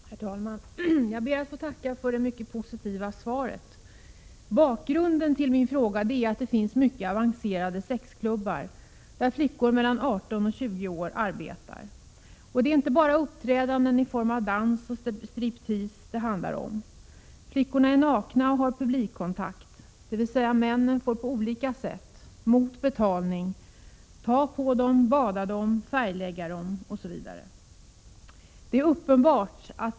Herr talman! Jag ber att få tacka för det mycket positiva svaret. Bakgrunden till min fråga är att det finns mycket avancerade sexklubbar där flickor i åldern 18-20 år arbetar. Det handlar inte bara om uppträdanden i form av dans och strip tease — flickorna är nakna och har publikkontakt, dvs. männen får på olika sätt mot betalning ta på dem, bada dem, färglägga dem Osv.